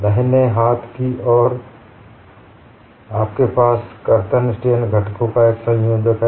दाहिने हाथ की ओर आपके पास कर्तन स्ट्रेन घटकों का एक संयोजन है